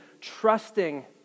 trusting